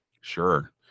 Sure